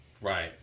Right